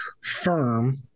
firm